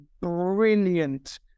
brilliant